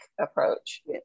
approach